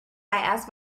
asked